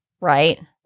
right